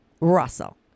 Russell